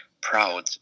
proud